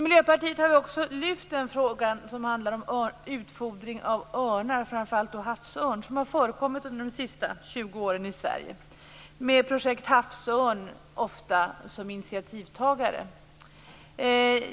Vi har också lyft fram frågan om utfodring av örnar, framför allt då havsörn, som har förekommit under de senaste 20 åren i Sverige. Det är ofta Projekt havsörn som har varit initiativtagare.